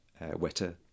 wetter